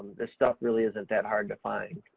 this stuff really isn't that hard to find.